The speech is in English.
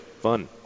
fun